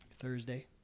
Thursday